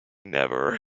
never